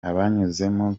abanyezamu